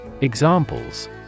Examples